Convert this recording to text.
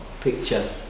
picture